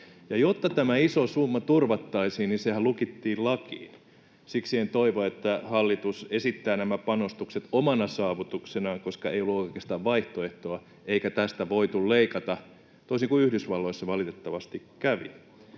Jotta tämä iso summa turvattaisiin, niin sehän lukittiin lakiin. Siksi en toivo, että hallitus esittää nämä panostukset omana saavutuksenaan, koska ei ollut oikeastaan vaihtoehtoa eikä tästä voitu leikata, toisin kuin Yhdysvalloissa valitettavasti kävi.